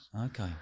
Okay